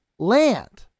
Land